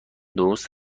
درست